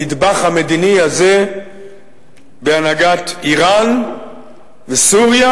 הנדבך המדיני הזה בהנהגת אירן וסוריה,